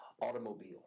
automobile